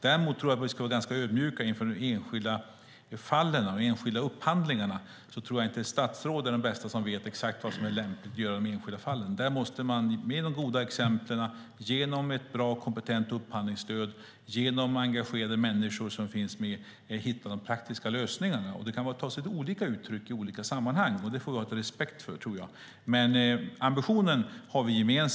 Däremot tror jag att vi ska vara ganska ödmjuka inför de enskilda fallen och de enskilda upphandlingarna. Jag tror inte att statsråd är de som vet exakt vad som är lämpligt att göra i de enskilda fallen. Där måste man med de goda exemplen, genom ett bra och kompetent upphandlingsstöd och engagerade människor hitta de praktiska lösningarna. Det kan ta sig lite olika uttryck i olika sammanhang, och det tror jag att vi får ha respekt för. Ambitionen har vi gemensam.